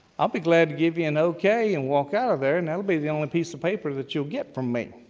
i'll be glad to give you an okay and walk out of there, and that'll be the only piece of paper that you get from me.